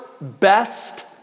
Best